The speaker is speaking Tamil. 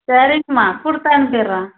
சரிங்கம்மா கொடுத்து அனுப்பிடுறேன்